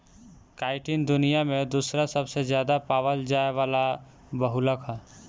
chitin दुनिया में दूसरा सबसे ज्यादा पावल जाये वाला बहुलक ह